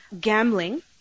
gambling